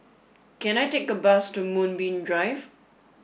can I take a bus to Moonbeam Drive